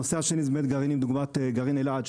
הנושא השני זה באמת גרעינים דוגמת גרעין אלעדת,